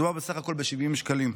מדובר בסך הכול ב-70 שקלים.